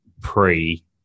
pre-